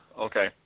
okay